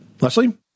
Leslie